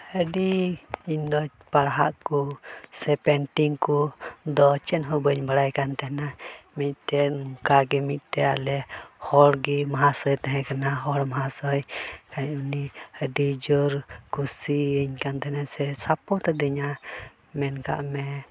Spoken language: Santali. ᱟᱹᱰᱤ ᱤᱧ ᱫᱚ ᱯᱟᱲᱦᱟᱜ ᱠᱚ ᱥᱮ ᱯᱮᱱᱴᱤᱝ ᱠᱚ ᱫᱚ ᱪᱮᱫ ᱦᱚᱸ ᱵᱟᱹᱧ ᱵᱟᱲᱟᱭ ᱠᱟᱱ ᱛᱟᱦᱮᱱᱟ ᱢᱤᱫᱴᱮᱡ ᱚᱱᱠᱟᱜᱮ ᱢᱤᱫᱴᱮᱡ ᱟᱞᱮ ᱦᱚᱲ ᱜᱮ ᱢᱟᱦᱟᱥᱚᱭ ᱛᱟᱦᱮᱸ ᱠᱟᱱᱟ ᱦᱚᱲ ᱢᱟᱦᱟᱥᱚᱭ ᱠᱷᱟᱡ ᱩᱱᱤ ᱟᱹᱰᱤ ᱡᱳᱨ ᱠᱩᱥᱤᱭᱟᱧ ᱠᱟᱱ ᱛᱟᱦᱮᱱᱟ ᱥᱮ ᱥᱟᱯᱳᱨᱴ ᱟᱹᱫᱤᱧᱟ ᱢᱮᱱᱠᱟᱜ ᱢᱮ